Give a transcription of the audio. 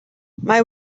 mae